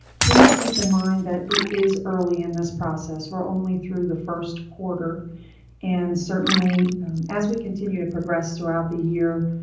please keep in mind that it is early in this process. we're only through the first quarter and certainly as we continue to progress throughout the year,